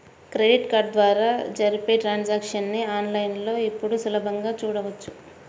credit card ద్వారా జరిపే transactions ని ఆన్ లైన్ లో ఇప్పుడు సులభంగా చూడొచ్చు